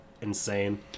insane